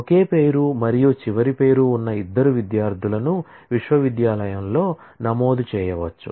ఒకే పేరు మరియు చివరి పేరు ఉన్న ఇద్దరు విద్యార్థులను విశ్వవిద్యాలయంలో నమోదు చేయవచ్చు